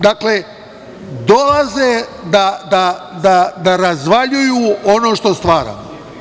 Dakle, dolaze da razvaljuju ono što stvaramo.